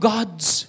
God's